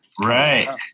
Right